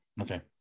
okay